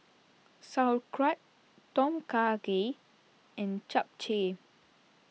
Sauerkraut Tom Kha Gai and Japchae